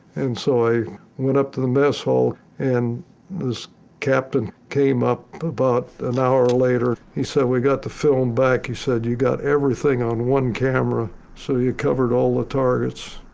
and so i went up to the mess hall, and this captain came up about an hour later. he said, we got the film back. he said, you got everything on one camera. so you covered all the targets.